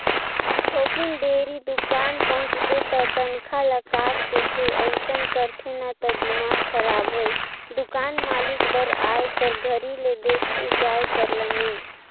थोकिन देरी दुकान पहुंचबे त तनखा ल काट देथे अइसन करथे न त दिमाक खराब होय दुकान मालिक बर आए कर घरी ले देखथे जाये कर ल नइ